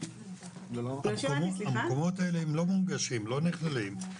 לא נכללים,